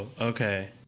Okay